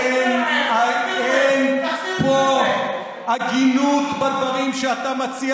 אין פה הגינות בדברים שאתה מציע,